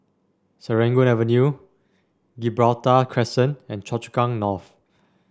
Serangoon Avenue Gibraltar Crescent and Choa Chu Kang North